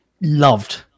loved